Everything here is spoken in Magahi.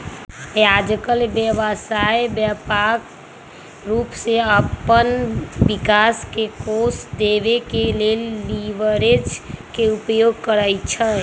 याजकाल व्यवसाय व्यापक रूप से अप्पन विकास के कोष देबे के लेल लिवरेज के उपयोग करइ छइ